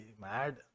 Mad